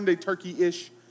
Turkey-ish